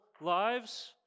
lives